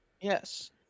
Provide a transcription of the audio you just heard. Yes